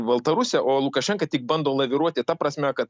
baltarusiją o lukašenka tik bando laviruoti ta prasme kad